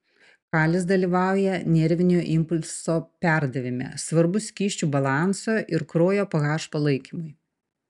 kalis dalyvauja nervinio impulso perdavime svarbus skysčių balanso ir kraujo ph palaikymui